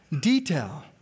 detail